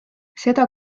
seda